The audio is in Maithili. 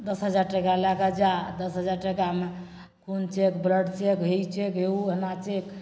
दश हजार टका लै कऽ जा दश हजार टकामे खुन चेक ब्लड चेक हे ई चेक हे ओ चेक हे एना चेक